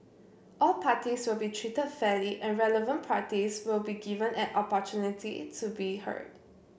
all parties will be treated fairly and relevant parties will be given an opportunity to be heard